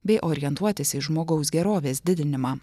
bei orientuotis į žmogaus gerovės didinimą